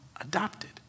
Adopted